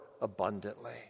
abundantly